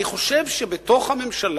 אני חושב שהממשלה,